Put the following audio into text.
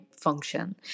function